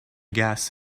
gas